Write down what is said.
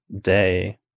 day